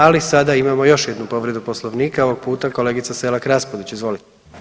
Ali sada imamo još jednu povredu Poslovnika, ovog puta kolegica Selak Raspudić, izvolite.